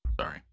Sorry